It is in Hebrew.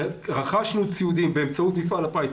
רכשנו ציוד באמצעות מפעל הפיס.